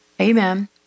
amen